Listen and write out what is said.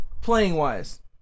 playing-wise